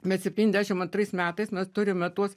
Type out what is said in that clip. bet septyndešim antrais metais mes turime tuos